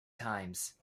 times